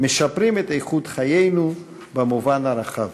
משפרים את איכות חיינו במובן הרחב.